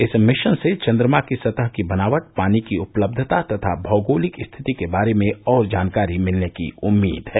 इस मिशन से चन्द्रमा की सतह की बनावट पानी की उपलब्धता तथा भौगोलिक स्थिति के बारे में और जानकारी मिलने की उम्मीद है